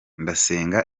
ndasenga